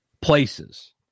places